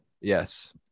Yes